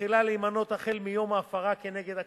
מתחילה להימנות החל מיום ההפרה כנגד הקבלן.